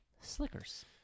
Slickers